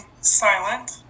silent